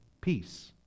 Peace